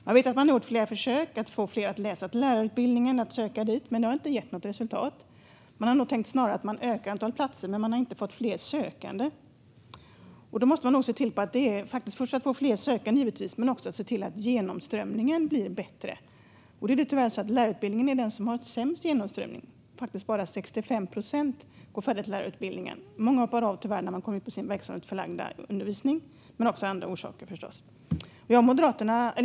Jag vet att man har gjort flera försök att få fler att söka till och läsa lärarutbildningen. Det har dock inte gett något resultat. Man har ökat antalet platser, men man har inte fått fler sökande. Man måste givetvis först få fler sökande, men man måste också se till att genomströmningen blir bättre. Det är tyvärr så att lärarutbildningen är den utbildning som har sämst genomströmning. Bara 65 procent går färdigt lärarutbildningen. Många hoppar tyvärr av när de kommer till sin verksamhetsförlagda undervisning men förstås även av andra orsaker.